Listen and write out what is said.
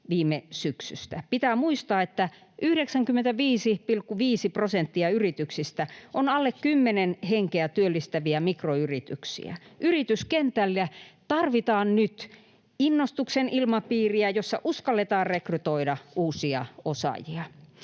viime syksystä. Pitää muistaa, että 95,5 prosenttia yrityksistä on alle kymmenen henkeä työllistäviä mikroyrityksiä. Yrityskentälle tarvitaan nyt innostuksen ilmapiiriä, jossa uskalletaan rekrytoida uusia osaajia.